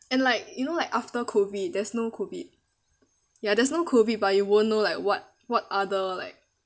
and like you know like after COVID there's no COVID ya there's no COVID but you won't know like what what other like